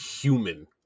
human